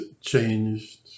changed